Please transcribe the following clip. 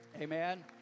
Amen